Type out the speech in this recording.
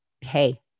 hey